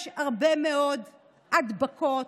יש הרבה מאוד הדבקות,